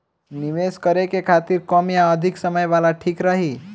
निवेश करें के खातिर कम या अधिक समय वाला ठीक रही?